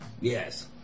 Yes